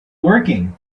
working